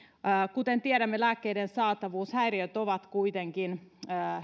kuten tiedämme lääkkeiden saatavuushäiriöt ovat kuitenkin